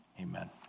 Amen